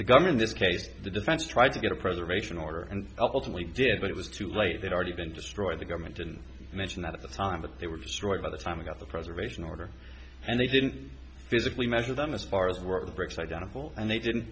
the government this case the defense tried to get a preservation order and ultimately did but it was too late they'd already been destroyed the government didn't mention that at the time that they were destroyed by the time we got the preservation order and they didn't physically measure them as far as were the bricks identical and they didn't